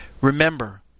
remember